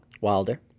Wilder